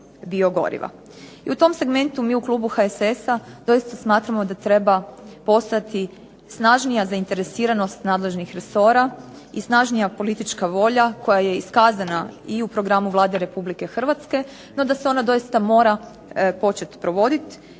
I u tom segmentu mi u klubu HSS-a doista smatramo da treba postojati snažnija zainteresiranost nadležnih resora i snažnija politička volja koja je iskazana i u programu Vlade RH, no da se ona doista mora početi provoditi